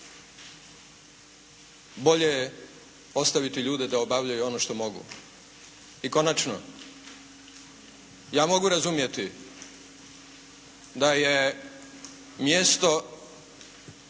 bolje je ostaviti ljude da obavljaju ono što mogu. I konačno, ja mogu razumjeti da je mjesto